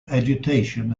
agitation